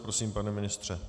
Prosím, pane ministře.